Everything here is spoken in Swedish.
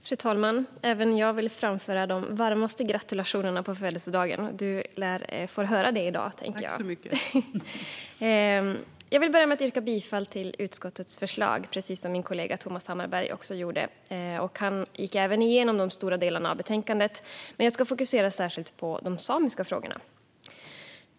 Fru talman! Även jag vill framföra de varmaste gratulationerna på födelsedagen! Fru talmannen lär få höra det mycket i dag, tänker jag. Jag vill börja med att yrka bifall till utskottets förslag, precis som min kollega Thomas Hammarberg också gjorde. Han gick även igenom stora delar av betänkandet, men jag ska fokusera särskilt på de samiska frågorna.